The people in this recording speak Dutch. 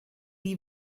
die